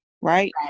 right